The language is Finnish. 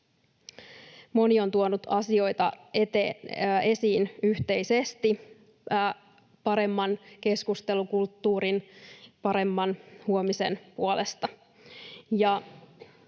Moni on tuonut asioita esiin yhteisesti paremman keskustelukulttuurin, paremman huomisen puolesta,